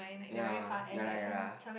ya ya lah ya lah